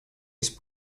есть